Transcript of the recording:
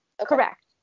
correct